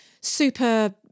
super